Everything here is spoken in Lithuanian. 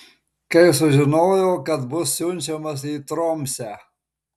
kai sužinojo kad bus siunčiamas į tromsę